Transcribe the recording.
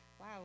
wow